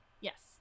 Yes